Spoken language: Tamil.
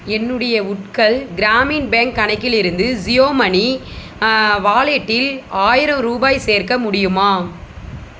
என்னுடைய உட்கல் கிராமின் பேங்க் கணக்கிலிருந்து ஜியோ மனி வாலெட்டில் ஆயிரம் ரூபாய் சேர்க்க முடியுமா